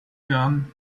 gun